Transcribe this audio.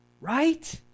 Right